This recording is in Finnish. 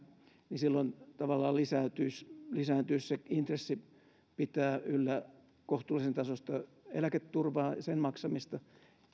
niin silloin tavallaan lisääntyisi lisääntyisi se intressi pitää yllä kohtuullisen tasoista eläketurvaa ja sen maksamista